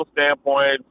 standpoint